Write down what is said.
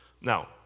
Now